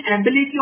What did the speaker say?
ability